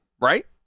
right